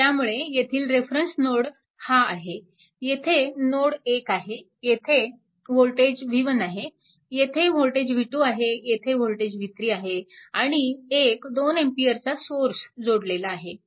त्यामुळे येथील reference node हा आहे येथे नोड 1 आहे येथे वोल्टेज v1 आहे येथे वोल्टेज v2 आहे येथे वोल्टेज v3 आहे आणि एक 2A चा सोर्स जोडलेला आहे